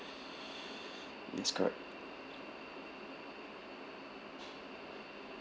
yes correct